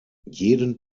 jeden